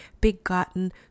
begotten